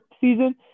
season